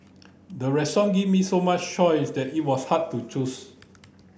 the restaurant gave me so much choice that it was hard to choose